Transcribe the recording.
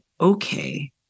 okay